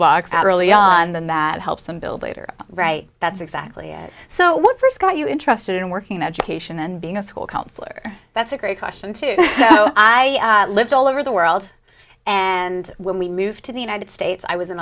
box out early on then that helps them build later right that's exactly so what first got you interested in working in education being a school counselor that's a great question too so i lived all over the world and when we moved to the united states i was in